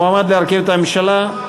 המועמד להרכיב את הממשלה,